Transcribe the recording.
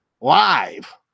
live